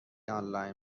آنلاین